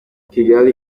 kigali